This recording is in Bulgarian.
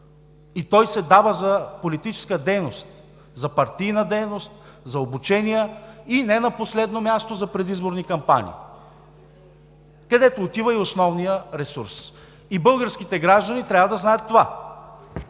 и той се дава за политическа дейност, за партийна дейност, за обучения и не на последно място – за предизборни кампании, където отива и основният ресурс. Българските граждани трябва да знаят това.